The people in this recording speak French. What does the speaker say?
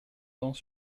temps